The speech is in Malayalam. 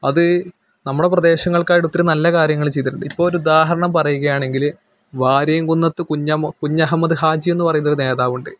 അത് നമ്മുടെ പ്രദേശങ്ങള്ക്കായടുത്ത് ഒരു നല്ല കാര്യങ്ങൾ ചെയ്തിട്ടുണ്ട് ഇപ്പോൾ ഒരു ഉദാഹരണം പറയുകയാണെങ്കിൽ വാരിയംകുന്നത്ത് കുഞ്ഞമൊ കുഞ്ഞഹമ്മദ് ഹാജിയെന്ന് പറയുന്നൊരു നേതാവുണ്ട്